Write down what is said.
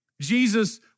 Jesus